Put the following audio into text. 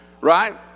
Right